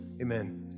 Amen